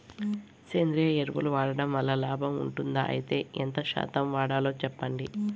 సేంద్రియ ఎరువులు వాడడం వల్ల లాభం ఉంటుందా? అయితే ఎంత శాతం వాడాలో చెప్పండి?